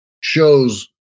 shows